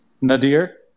Nadir